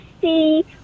see